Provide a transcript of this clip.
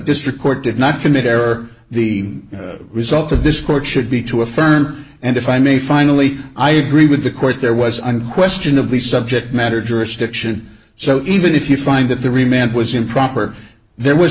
district court did not commit error the result of this court should be to affirm and if i may finally i agree with the court there was unquestionably subject matter jurisdiction so even if you find that the remained was improper there was